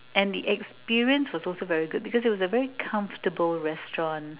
and the experience was also very good because it was a very comfortable restaurant